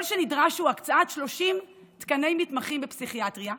כל שנדרש הוא הקצאת 30 תקני מתמחים בפסיכיאטריה,